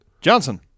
Johnson